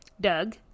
Doug